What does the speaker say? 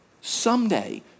Someday